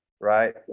Right